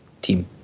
team